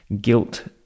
guilt